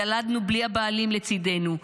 ילדנו בלי הבעלים לצידנו,